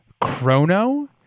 chrono